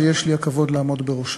שיש לי הכבוד לעמוד בראשה.